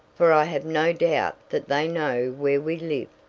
for i have no doubt that they know where we live,